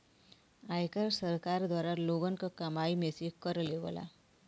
आयकर सरकार द्वारा लोगन क कमाई में से कर लेवला